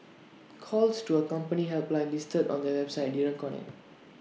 calls to A company helpline listed on their website didn't connect